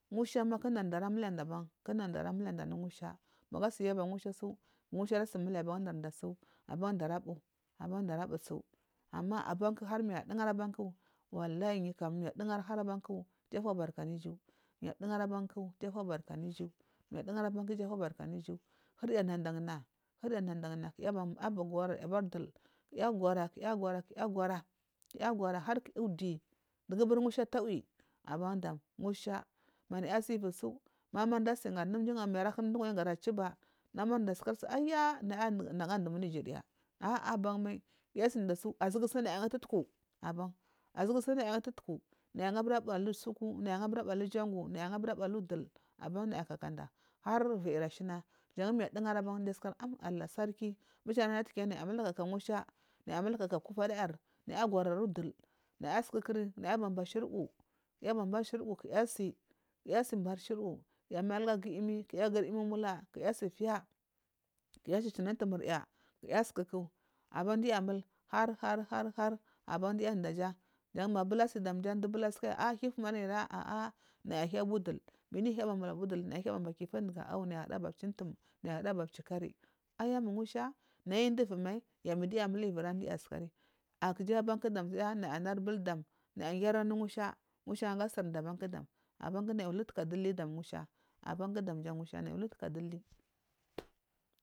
Mushama kunurda alimuliyanda ban ku umuda ali milliyanda ban magu asiya yaba mushasu mushasu arasa yaba unurda su abandara rabu abandara busu ama aban har manyu adugarsu walahi yukam adugari abanku jufobarka an iju yu adugari abanku ijufobarka anugu mayi dugari bansu iju hurya dandana hurya dandana kuya abagularg abardul kuya gwara kuyagwara kuyagwara kuygwara har kuya udi duburi musha tawi aban dam musha manasivutsu ma amarda asigan tsu kar mduwanyi garachiba ndumarada tsu aya nagu ndumna jirya ah ban mal kiya asinda tsu azu aban mai tsunaya gu tutuku abantsu nayagu tutuku azugu tsu naya bura bu alusuku abulujango abu ahi dul aban naya kakada harviri shin azan mai ndugari sukari allasarki bichinana naya muliri kaka musha nayamuliri kaka kuvadayar naya gwari udul naya sukukuri naya aba ba shuduwu kuya aba bari shuduwu asi kuya sabar shudwa aluga guyimi yimi umula sapiya kuya achichina umtumurya kuya sukuku abom duya mul har har har aban duya daja jan mbabul sija du bul asukaya hiya ufumari ah naya hiya budul migu dunyi hiyaba mul budul hiyababakifi umduga naya hudaba chimtum naya hura ba chikari ayamu musha nayidivumal midiya mulvura sukan kujiyi banku damja nayanar buldam naya giri anu musha mushaga surda bandam abanku naya lutu duli dam musha abanku damya musha nay luda duli.